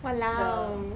the